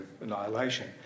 annihilation